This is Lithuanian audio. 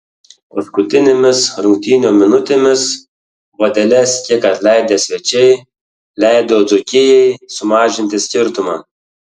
paskutinėmis rungtynių minutėmis vadeles kiek atleidę svečiai leido dzūkijai sumažinti skirtumą